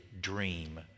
dream